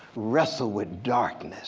wrestle with darkness